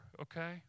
okay